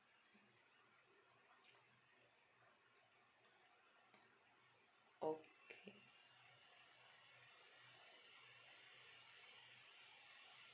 okay